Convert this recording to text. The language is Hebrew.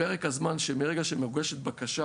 פרק הזמן מרגע שמוגשת בקשה